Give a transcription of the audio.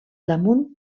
damunt